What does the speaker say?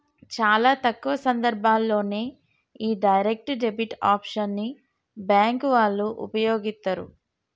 చాలా తక్కువ సందర్భాల్లోనే యీ డైరెక్ట్ డెబిట్ ఆప్షన్ ని బ్యేంకు వాళ్ళు వుపయోగిత్తరు